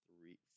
three